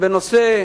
בנושא